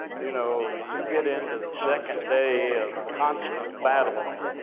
you know, you get into the second day of constant battle,